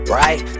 right